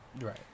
Right